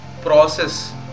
process